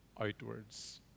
outwards